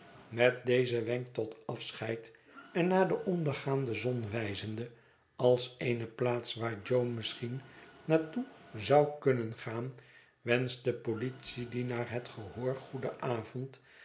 met dezen wenk tot afscheid en naar de ondergaande zon wijzende als eene plaats waar jo misschien naar toe zou kunnen gaan wenscht de politiedienaar het gehoor goeden avond